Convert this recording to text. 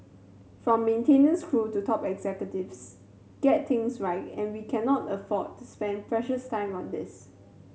from maintenance crew to top executives get things right and we cannot afford to spend precious time on this